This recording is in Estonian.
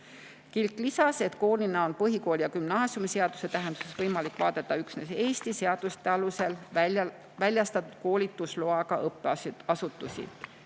Kilk lisas, et koolina on põhikooli‑ ja gümnaasiumiseaduse tähenduses võimalik vaadata üksnes Eesti seaduste alusel väljastatud koolitusloaga õppeasutusi.